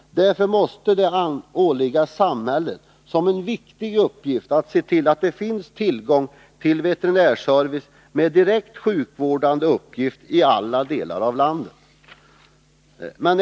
Därför måste det åligga samhället som en viktig uppgift att se till, att det finns tillgång till veterinärservice med direkt sjukvårdande uppgift i alla delar av landet.